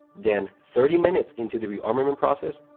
then, thirty minutes into the rearmament process,